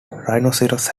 rhinoceros